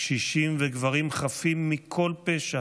קשישים וגברים חפים מכל פשע